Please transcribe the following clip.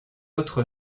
autre